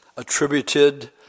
Attributed